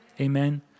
Amen